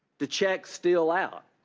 to check steele out.